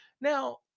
Now